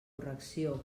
correcció